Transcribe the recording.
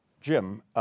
Jim